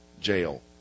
jail